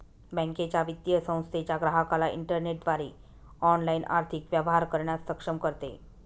बँकेच्या, वित्तीय संस्थेच्या ग्राहकाला इंटरनेटद्वारे ऑनलाइन आर्थिक व्यवहार करण्यास सक्षम करते